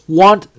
want